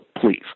please